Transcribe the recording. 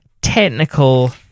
technical